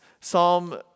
Psalm